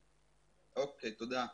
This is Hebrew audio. תודה.